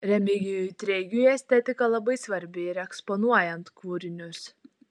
remigijui treigiui estetika labai svarbi ir eksponuojant kūrinius